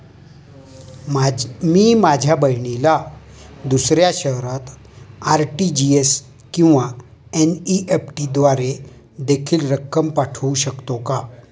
मी माझ्या बहिणीला दुसऱ्या शहरात आर.टी.जी.एस किंवा एन.इ.एफ.टी द्वारे देखील रक्कम पाठवू शकतो का?